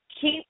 keep